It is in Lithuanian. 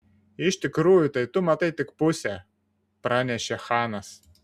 iš tikrųjų tai tu matai tik pusę pranešė chanas